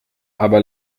aber